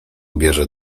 bierze